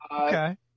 Okay